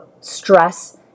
stress